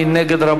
מי נגד?